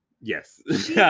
Yes